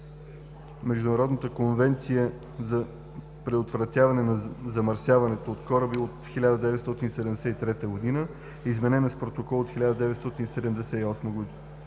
Международната конвенция за предотвратяване на замърсяването от кораби от 1973 г., изменена с протокол от 1978 г.